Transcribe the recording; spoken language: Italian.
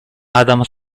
adam